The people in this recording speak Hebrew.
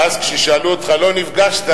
ואז כששאלו אותך: לא נפגשת?